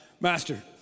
master